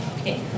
Okay